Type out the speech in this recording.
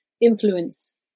influence